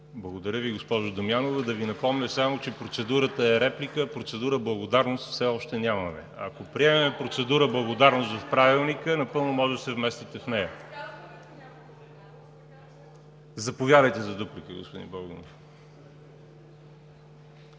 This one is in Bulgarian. Благодаря Ви, госпожо Дамянова. Да Ви припомня, че процедурата е реплика, а процедура „благодарност“ все още нямаме. Ако приемем процедура „благодарност“ в Правилника, напълно може да се вместите в нея. Заповядайте за дуплика, господин Богданов.